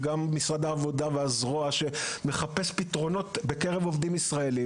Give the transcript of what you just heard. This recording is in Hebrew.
וגם משרד העבודה והזרוע מחפשים פתרונות בקרב עובדים ישראלים.